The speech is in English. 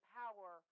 power